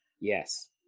yes